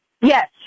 Yes